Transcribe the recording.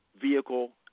vehicle